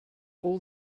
all